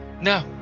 no